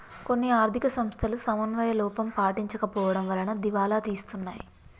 కొన్ని ఆర్ధిక సంస్థలు సమన్వయ లోపం పాటించకపోవడం వలన దివాలా తీస్తున్నాయి